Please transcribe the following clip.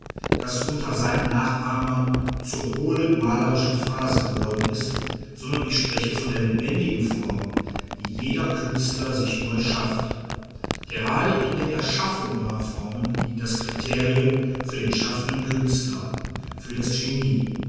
das unter seinen nachahmern zur hohlen malerischen phrase geworden ist sondern ich spreche von der lebendigen form die jeder künstler sich neu schafft gerade in der erschaffung neuer formen liegt das kriterium für den schaffenden künstler für das genie